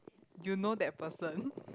you know that person